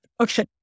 Okay